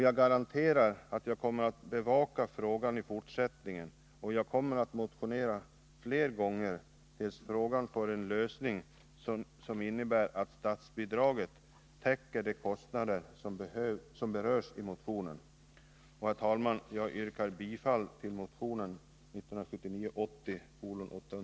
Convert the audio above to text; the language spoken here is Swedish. Jag garanterar att jag kommer att bevaka frågan i fortsättningen, och jag kommer att motionera fler gånger tills frågan får en lösning som innebär att statsbidraget täcker de kostnader som har berörts i motionen.